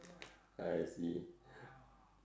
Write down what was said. I see